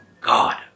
God